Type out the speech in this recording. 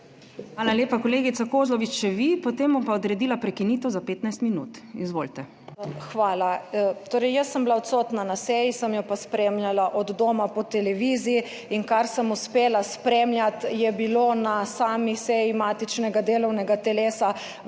Hvala lepa, kolegica Kozlovič, še vi, potem bom pa odredila prekinitev za 15 minut. Izvolite. MAG. TAMARA KOZLOVIČ (PS Svoboda): Hvala. Torej jaz sem bila odsotna na seji, sem jo pa spremljala od doma po televiziji in kar sem uspela spremljati, je bilo na sami seji matičnega delovnega telesa